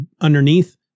underneath